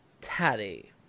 Taddy